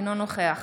אינו נוכח